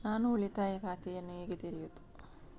ನಾನು ಉಳಿತಾಯ ಖಾತೆಯನ್ನು ಹೇಗೆ ತೆರೆಯುದು?